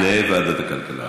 ועדת הכלכלה.